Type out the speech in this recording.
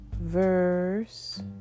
verse